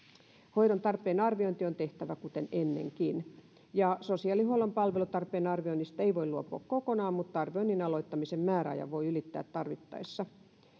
hoidon tarpeen arviointi on tehtävä kuten ennenkin sosiaalihuollon palvelutarpeen arvioinnista ei voi luopua kokonaan mutta arvioinnin aloittamisen määräajan voi ylittää tarvittaessa